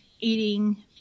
eating